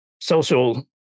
social